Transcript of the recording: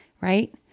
right